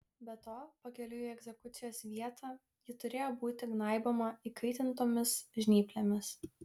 be to pakeliui į egzekucijos vietą ji turėjo būti gnaiboma įkaitintomis žnyplėmis